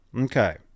Okay